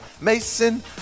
Mason